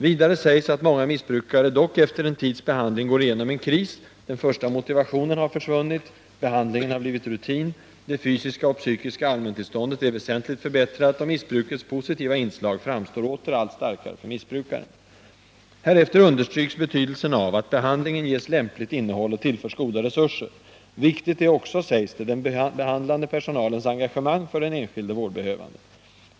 Vidare sägs att många missbrukare dock efter en tids behandling går igenom en kris, den första motivationen har försvunnit, behandlingen har blivit rutin, det fysiska och psykiska allmäntillståndet är väsentligt förbättrat och missbrukets positiva inslag framstår åter allt starkare för missbrukaren. Härefter understryks betydelsen av att behandlingen ges lämpligt innehåll och tillförs goda resurser. Viktigt är också, sägs det, den behandlande personalens engagemang för den enskilde vårdbehövande.